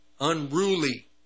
Unruly